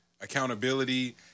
accountability